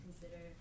consider